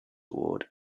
award